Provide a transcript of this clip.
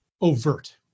overt